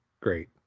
Great